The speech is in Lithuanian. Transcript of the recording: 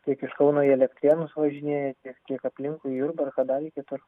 tiek iš kauno į elektrėnus važinėja tiek tiek aplinkui į jurbarką dar į kitur